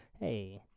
Hey